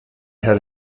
had